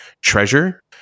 treasure